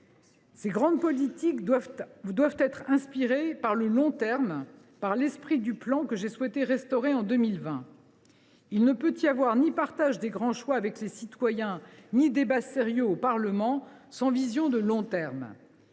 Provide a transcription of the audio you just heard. Ces grandes politiques doivent être inspirées par le long terme, par l’esprit du plan, que j’ai souhaité restaurer en 2020. « Il ne peut y avoir de partage des grands choix avec les citoyens et de débat sérieux au Parlement sans une vision de long terme.